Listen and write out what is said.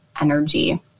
energy